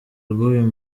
rw’uyu